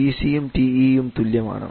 TCയും TE യും തുല്യമാണ്